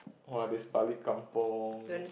!wah! there's balik kampung